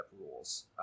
rules